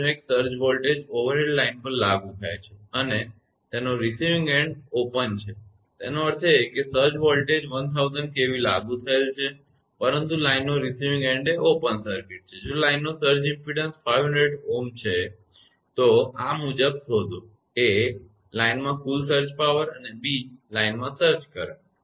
નો એક surge voltage overhead line પર લાગુ થાય છે અને તેનો રિસીવીંગ એન્ડ ઓપન ખુલ્લો છે તેનો અર્થ એ કે સર્જ વોલ્ટેજ 1000 kV લાગુ થયેલ છે પરંતુ લાઇનનો રિસીવીંગ એન્ડ એ ઓપન સર્કિટ છે જો લાઇનનો સર્જ ઇમપેડન્સ 500 Ω છે તો નીચે મુજબ શોધો લાઇનમાં કુલ સર્જ પાવર અને લાઇનમાં સર્જ કરંટ